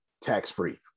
tax-free